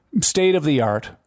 state-of-the-art